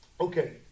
okay